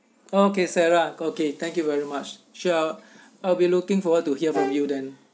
okay sarah okay thank you very much sure I'll be looking forward to hear from you then